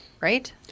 right